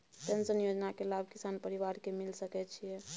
Pension योजना के लाभ किसान परिवार के मिल सके छिए?